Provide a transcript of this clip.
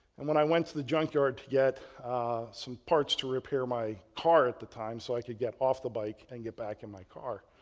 and when i went to the junkyard to get some parts to repair my car at the time so i could get off the bike and get back in my car.